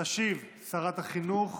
תשיב שרת החינוך.